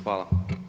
Hvala.